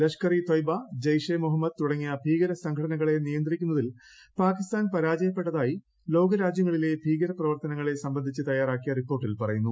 ലഷ്കർ ഇ ത്വയ്ബ ജെയ്ഷെ മുഹമ്മദ് തുടങ്ങിയ ഭീകരസംഘടനകളെ നിയന്ത്രിക്കുന്നതിൽ പാകിസ്ഥാൻ പരാജയപ്പെട്ടതായി ലോകരാജൃങ്ങളിലെ ഭീകരപ്രവർത്തനങ്ങളെ സംബന്ധിച്ച് തയ്യാറാക്കിയ റിപ്പോർട്ടിൽ പറയുന്നു